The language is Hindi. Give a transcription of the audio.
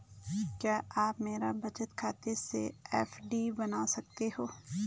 क्या आप मेरे बचत खाते से एफ.डी बना सकते हो?